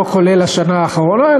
לא כולל השנה האחרונה,